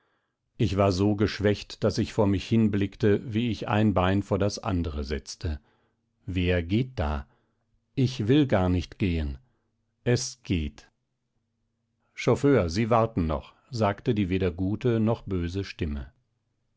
ich war so geschwächt daß ich vor mich hinblickte wie ich ein bein vor das andere setzte wer geht da ich will gar nicht gehen es geht chauffeur sie warten noch sagte die weder gute noch böse stimme